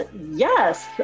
yes